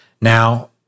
Now